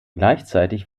gleichzeitig